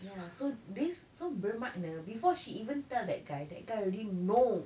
ya so this so bermakna before she even tell that guy that guy already know